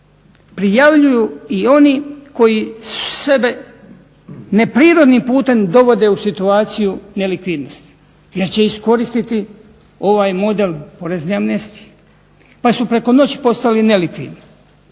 prijavljuju i oni koji sebe neprirodnim putem dovode u situaciju nelikvidnosti jer će iskoristiti ovaj model porezne amnestije, pa su preko noći postali nelikvidni,